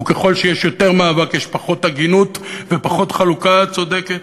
וככל שיש יותר מאבק יש פחות הגינות ופחות חלוקה צודקת,